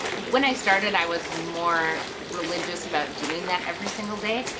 when i started i was more religious about doing that every single day,